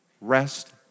rest